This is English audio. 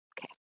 Okay